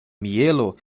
mielo